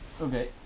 Okay